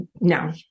No